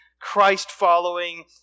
Christ-following